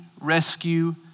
rescue